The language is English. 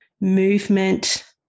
movement